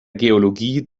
geologie